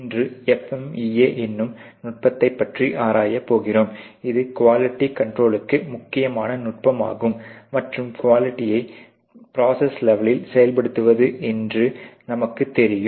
இன்று FMEA என்னும் நுட்பத்தைப் பற்றி ஆராயப் போகிறோம் இது குவாலிட்டி கண்ட்ரோலுக்கு முக்கியமான நுட்பம் ஆகும் மற்றும் குவாலிட்டியை ப்ரோசஸ் லெவலில் செயல்படுத்துவது என்று நமக்கு தெரியும்